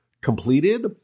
completed